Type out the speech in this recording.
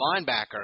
linebacker